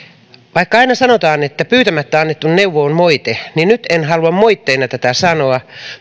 vaikka aina sanotaan että pyytämättä annettu neuvo on moite niin nyt en halua moitteena tätä sanoa